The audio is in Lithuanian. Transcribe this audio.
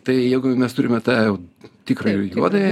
tai jeigu jau mes turime tą tikrąjį juodąjį